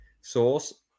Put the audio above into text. source